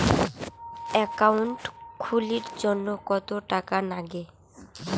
Account খুলির জন্যে কত টাকা নাগে?